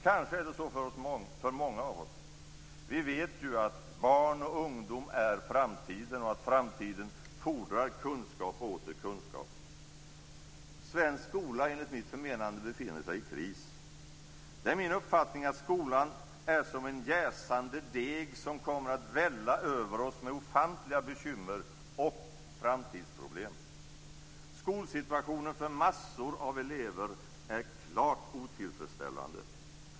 Kanske är det så för många av oss. Vi vet ju att barn och ungdomar är framtiden och att framtiden fordrar kunskap och åter kunskap. Svensk skola befinner sig, enligt mitt förmenande, i kris. Det är min uppfattning att skolan är som en jäsande deg som kommer att välla över oss med ofantliga bekymmer och framtidsproblem. Skolsituationen för massor av elever är klart otillfredsställande.